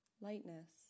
lightness